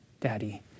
Daddy